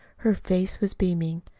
her face was beaming.